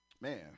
Man